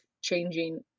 changing